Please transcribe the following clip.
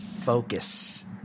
focus